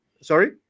Sorry